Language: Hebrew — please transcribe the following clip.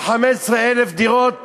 או 15,000 דירות